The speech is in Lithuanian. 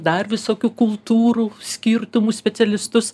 dar visokių kultūrų skirtumų specialistus